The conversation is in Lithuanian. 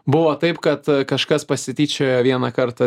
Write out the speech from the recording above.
buvo taip kad kažkas pasityčiojo vieną kartą